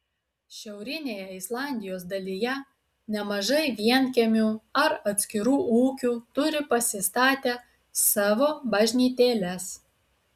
šiaurinėje islandijos dalyje nemažai vienkiemių ar atskirų ūkių turi pasistatę savo bažnytėles